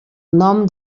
nom